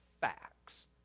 facts